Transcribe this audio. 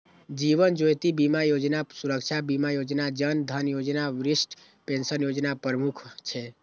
जीवन ज्योति बीमा योजना, सुरक्षा बीमा योजना, जन धन योजना, वरिष्ठ पेंशन योजना प्रमुख छै